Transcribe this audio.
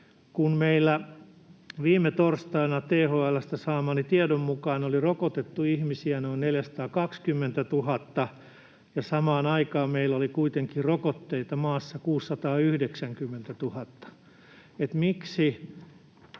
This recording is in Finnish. kun meillä viime torstaina THL:stä saamani tiedon mukaan oli rokotettu ihmisiä noin 420 000 ja samaan aikaan meillä oli kuitenkin rokotteita maassa 690 000, niin